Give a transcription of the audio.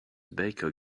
baker